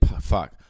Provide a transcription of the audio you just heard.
Fuck